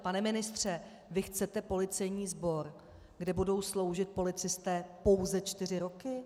Pane ministře, vy chcete policejní sbor, kde budou sloužit policisté pouze čtyři roky?